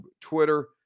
Twitter